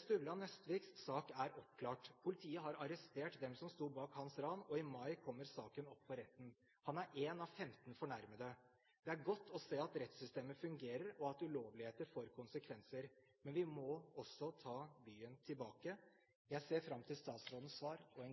Sturla Nøstviks sak er oppklart. Politiet har arrestert dem som sto bak ranet, og i mai kommer saken opp for retten. Han er én av 15 fornærmede. Det er godt å se at rettssystemet fungerer, og at ulovligheter får konsekvenser, men vi må også ta byen tilbake. Jeg ser fram til statsrådens svar og til